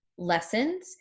Lessons